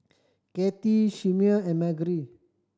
Kati Chimere and Margery